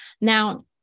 Now